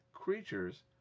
creatures